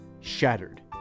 Shattered